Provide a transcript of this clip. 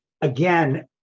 again